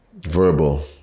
verbal